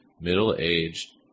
middle-aged